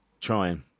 trying